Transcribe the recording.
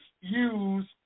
use